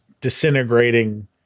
disintegrating